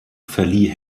verlieh